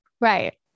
Right